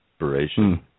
inspiration